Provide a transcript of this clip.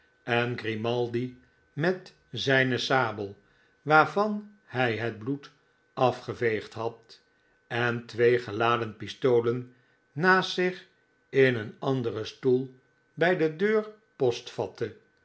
en grimaldi met zijne sabel waarvan hij het bloed afgeveegd had en twee geladen pistolen naast zich in een anderen stoel bij de deur